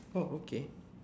oh okay